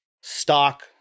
Stock